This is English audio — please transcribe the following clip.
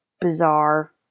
bizarre